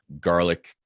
garlic –